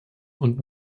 und